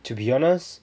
to be honest